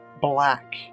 black